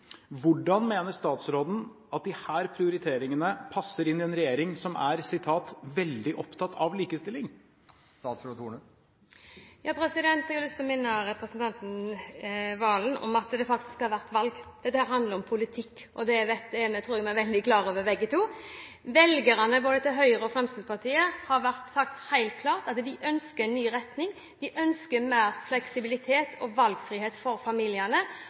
Hvordan mener statsråden at disse prioriteringene passer inn i en regjering som er «veldig opptatt av likestilling»? Jeg har lyst til å minne representanten Serigstad Valen om at det faktisk har vært valg. Det handler om politikk, og det tror jeg vi er veldig klar over begge to. Velgerne til både Høyre og Fremskrittspartiet har sagt helt klart at de ønsker en ny retning – de ønsker mer fleksibilitet og valgfrihet for familiene.